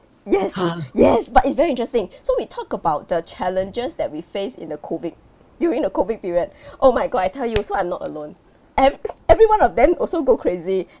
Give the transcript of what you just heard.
yes yes but it's very interesting so we talk about the challenges that we face in the COVID during the COVID period oh my god I tell you so I'm not alone ev~ every one of them also go crazy